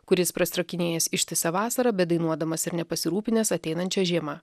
kuris prastrakinėjęs ištisą vasarą bedainuodamas ir nepasirūpinęs ateinančia žiema